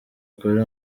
kuri